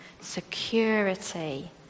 security